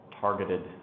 targeted